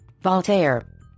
Voltaire